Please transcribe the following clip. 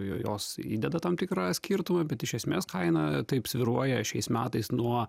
jos įdeda tam tikrą skirtumą bet iš esmės kaina taip svyruoja šiais metais nuo